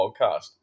podcast